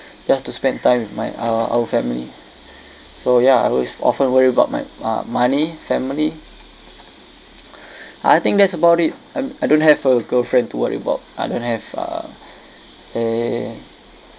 just to spend time with my uh our family so ya I'll always often worry about my uh money family I think that's about it and I don't have a girlfriend to worry about I don't have uh uh